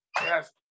Yes